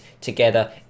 together